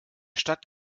stadt